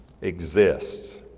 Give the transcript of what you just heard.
exists